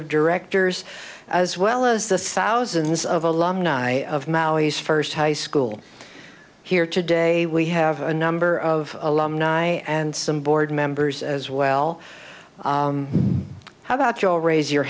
of directors as well as the thousands of alumni of maui's first high school here today we have a number of i and some board members as well how about joe raise your